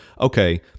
okay